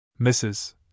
Mrs